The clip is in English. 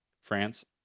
france